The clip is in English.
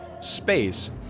space